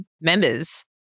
members